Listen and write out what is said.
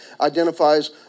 identifies